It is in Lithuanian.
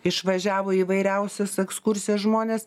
išvažiavo į įvairiausias ekskursijas žmonės